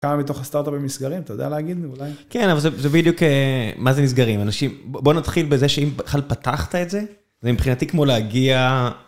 כמה מתוך הסטארט-אפים מסגרים, אתה יודע להגיד? כן, אבל זה בדיוק, מה זה נסגרים? בוא נתחיל בזה שאם בכלל פתחת את זה, זה מבחינתי כמו להגיע...